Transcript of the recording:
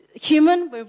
human